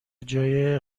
جای